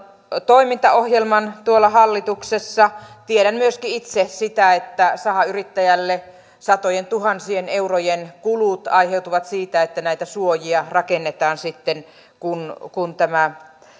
toimintaohjelman tuolla hallituksessa tiedän myöskin itse että sahayrittäjälle satojentuhansien eurojen kulut aiheutuvat siitä että näitä suojia rakennetaan sitten kun kun tämä